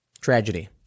Tragedy